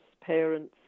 parents